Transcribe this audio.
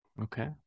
okay